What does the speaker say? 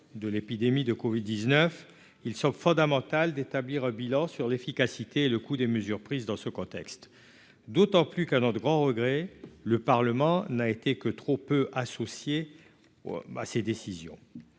de l'épidémie de Covid 19 ils sont fondamentales d'établir un bilan sur l'efficacité et le coût des mesures prises dans ce contexte d'autant plus qu'un autre grand regret, le Parlement n'a été que trop peu associés à ces décisions,